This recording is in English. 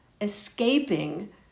escaping